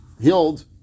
healed